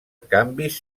canvis